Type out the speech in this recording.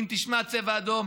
אם תשמע צבע אדום,